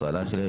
ישראל אייכלר,